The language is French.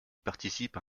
participe